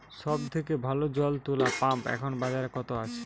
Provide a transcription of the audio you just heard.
সব থেকে ভালো জল তোলা পাম্প এখন বাজারে কত আছে?